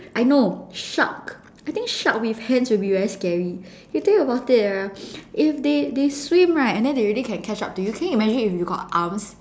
I know shark I think shark with hands will be very scary you think about it ah if they they they swim right and they really can catch up to you can you imagine if you got arms